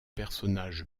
personnage